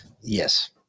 yes